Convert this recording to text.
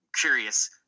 curious